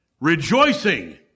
Rejoicing